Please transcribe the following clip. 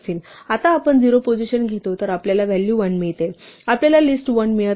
आणि आता आपण 0 पोझिशन घेतो तर आपल्याला व्हॅल्यू 1 मिळते आपल्याला लिस्ट 1 मिळत नाही